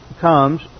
comes